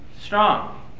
strong